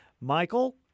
Michael